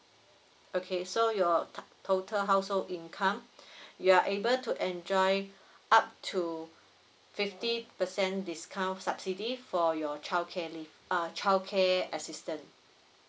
okay so your tot~ total household income you are able to enjoy up to fifty percent discount subsidy for your child care leave err child care assistance